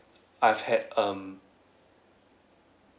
I've had um